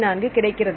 74 கிடைக்கிறது